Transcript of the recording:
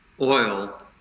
oil